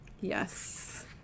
Yes